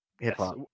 hip-hop